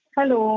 Hello